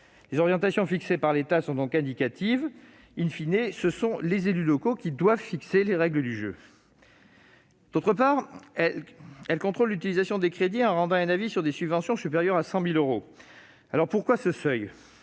Les orientations fixées par l'État sont donc indicatives :, ce sont les élus locaux qui fixent les règles du jeu. Par ailleurs, elle contrôle l'utilisation des crédits en rendant un avis sur les subventions supérieures à 100 000 euros. Pourquoi ce seuil ?